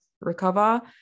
recover